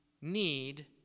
need